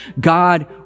God